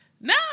no